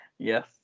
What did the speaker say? Yes